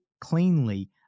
cleanly